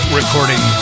recording